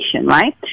right